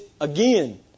again